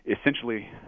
essentially